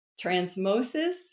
Transmosis